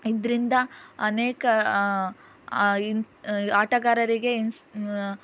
ಇದರಿಂದ ಅನೇಕ ಆಟಗಾರರಿಗೆ ಇನ್ಸ್ಪ್